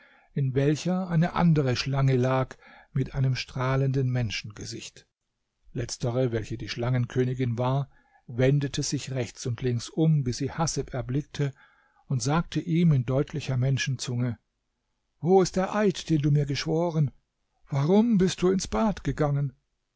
in welcher eine andere schlange lag mit einem strahlenden menschengesicht letztere welche die schlangenkönigin war wendete sich rechts und links um bis sie haseb erblickte und sagte ihm in deutlicher menschenzunge wo ist der eid den du mir geschworen warum bist du ins bad gegangen